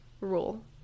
rule